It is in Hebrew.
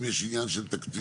אם יש עניין של תקציב,